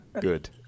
good